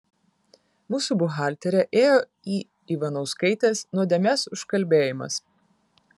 mūsų buhalterė ėjo į ivanauskaitės nuodėmės užkalbėjimas